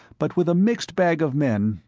but with a mixed bag of men,